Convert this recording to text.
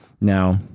Now